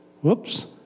Whoops